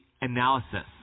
analysis